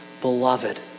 beloved